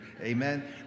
Amen